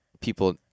people